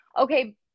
okay